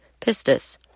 pistis